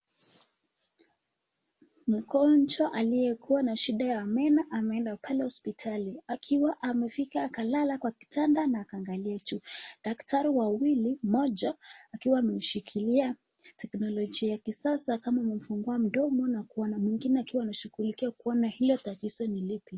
Mgonjwa aliyekuwa na shida ya meno ameenda pale hosiptali, akiwa amefika akalala kwa kitanda na akaangalia juu. Daktari wawili, mmoja akiwa ameshikilia teknolojia ya kisasa kama amemfungua mdomo na kuona mwingine ameshughulikia kuona hilo tatizo ni lipi.